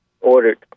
ordered